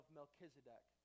Melchizedek